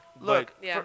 Look